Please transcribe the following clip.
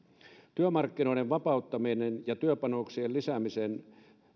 työmarkkinoiden vapauttamisen ja työpanoksien lisäämisen